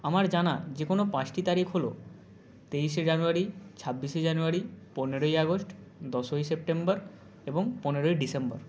আমার জানা যে কোনো পাঁচটি তারিখ হলো তেইশে জানুয়ারি ছাব্বিশে জানুয়ারি পনেরোই আগস্ট দশই সেপ্টেম্বর এবং পনেরোই ডিসেম্বর